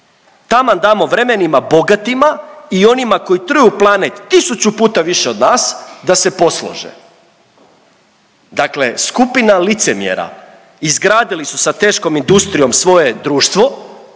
Taman damo vremenima bogatima i onima koji truju planet tisuću puta više od nas da se poslože. Dakle, skupina licemjera izgradili su sa teškom industrijom svoje društvo,